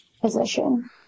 position